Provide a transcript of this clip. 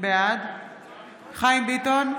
בעד חיים ביטון,